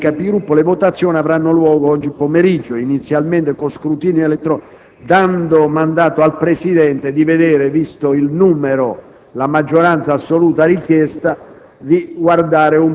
dalla Conferenza dei Capigruppo le votazioni avranno luogo oggi pomeriggio, inizialmente con scrutinio elettronico (dando mandato al Presidente, vista la maggioranza assoluta richiesta,